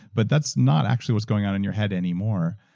but that's not actually what's going on in your head anymore.